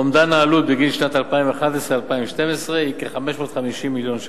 אומדן העלות בגין שנת 2011 ו-2012 הוא 550 מיליון ש"ח.